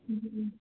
હમ હમ